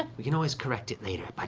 we can always correct it later, but